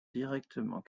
directement